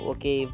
Okay